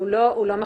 הוא לא מחויב.